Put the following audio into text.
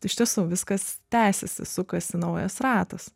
iš tiesų viskas tęsiasi sukasi naujas ratas